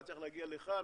הוא היה צריך להגיע לכאן,